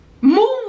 move